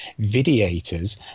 videators